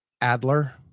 adler